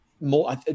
more